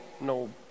no